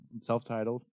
Self-titled